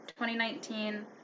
2019